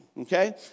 Okay